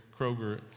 Kroger